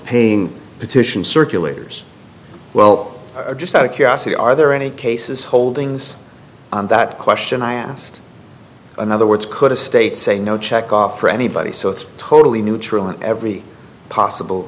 paying petition circulators well just out of curiosity are there any cases holdings on that question i asked another words could a state say no check off for anybody so it's totally neutral on every possible